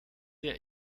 der